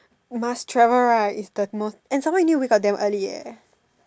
must travel right is the most and some more you need to wake up damn early eh